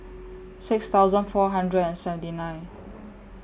six thousand four hundred and seventy nine